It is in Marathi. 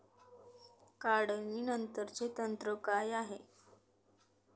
काढणीनंतरचे तंत्र काय आहे?